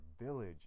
village